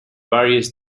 various